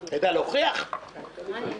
עשוי להרוויח רווח?